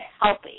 healthy